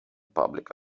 public